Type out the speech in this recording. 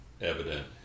evident